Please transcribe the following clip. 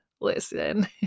listen